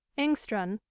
engstrand,